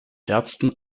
ärzten